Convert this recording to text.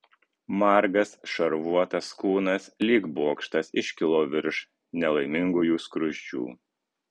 margas šarvuotas kūnas lyg bokštas iškilo virš nelaimingųjų skruzdžių